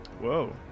Whoa